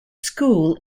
school